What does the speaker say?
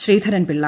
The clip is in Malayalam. ശ്രീധരൻപിള്ള